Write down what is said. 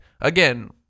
again